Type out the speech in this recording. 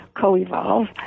co-evolve